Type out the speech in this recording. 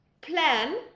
plan